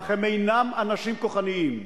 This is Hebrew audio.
אך הם אינם אנשים כוחניים.